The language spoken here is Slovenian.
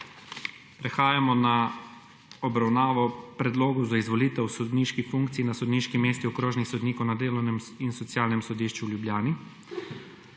Prehajamo na obravnavo predlogov za izvolitev sodniških funkcij na sodniški mesti okrožnih sodnikov na delovnem in socialnem sodišču v Ljubljani.